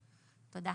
נוסח